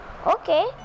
okay